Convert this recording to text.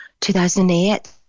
2008